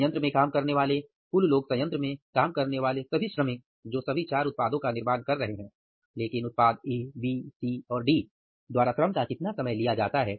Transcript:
संयंत्र में काम करने वाले कुल लोग संयंत्र में काम करने वाले सभी श्रमिक जो सभी 4 उत्पादों का निर्माण कर रहे हैं लेकिन उत्पाद ए बी सी और डी द्वारा श्रम का कितना समय लिया जाता है